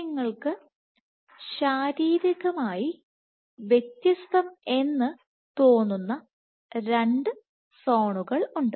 നിങ്ങൾക്ക് ശാരീരികമായി വ്യത്യസ്തമെന്ന് തോന്നുന്ന രണ്ട് സോണുകളുണ്ട്